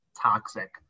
toxic